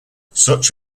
such